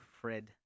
Fred